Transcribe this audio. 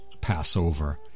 Passover